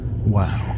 wow